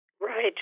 Right